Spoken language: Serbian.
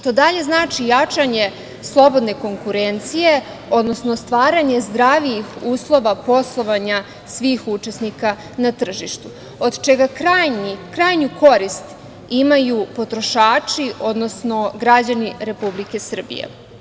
To dalje znači jačanje slobodne konkurencije, odnosno stvaranje zdravijih uslova poslovanja svih učesnika na tržištu, od čega krajnju korist imaju potrošači, odnosno građani Republike Srbije.